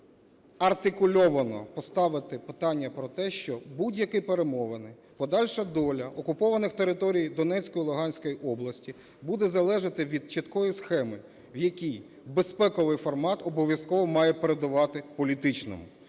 артикульовано поставити питання про те, що будь-які перемовини, подальша доля окупованих територій Донецької і Луганської областей буде залежати від чіткої схеми, в якій безпековий формат обов'язково має передувати політичному.